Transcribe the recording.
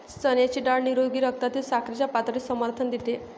चण्याची डाळ निरोगी रक्तातील साखरेच्या पातळीस समर्थन देते